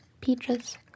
peaches